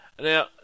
Now